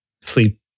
sleep